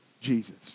Jesus